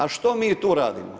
A što mi tu radimo?